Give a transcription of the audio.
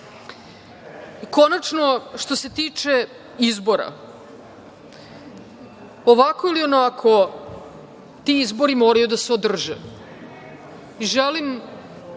vraćaju. Konačno, što se tiče izbora, ovako ili onako ti izbori moraju da se održe. Želim,